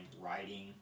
writing